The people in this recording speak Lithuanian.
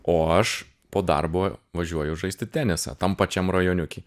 o aš po darbo važiuoju žaisti tenisą tam pačiam rajoniuky